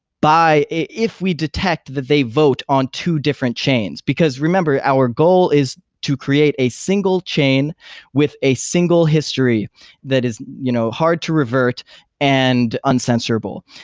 if we detect that they vote on two different chains, because remember, our goal is to create a single chain with a single history that is you know hard to revert and uncensorable.